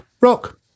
rock